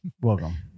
Welcome